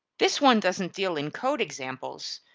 this one doesn't deal in code examples,